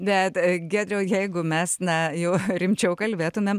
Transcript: bet giedriau jeigu mes na jau rimčiau kalbėtumėm